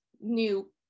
new